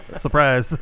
Surprise